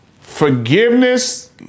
forgiveness